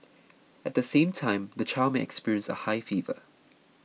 at the same time the child may experience a high fever